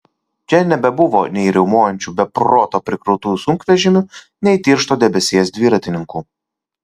čia nebebuvo nei riaumojančių be proto prikrautų sunkvežimių nei tiršto debesies dviratininkų